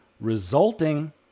resulting